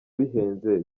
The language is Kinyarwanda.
bihenze